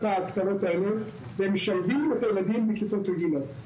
הקטנות האלו ומשלבים את הילדים בכיתות רגילות.